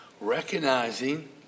Recognizing